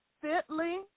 fitly